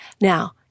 Now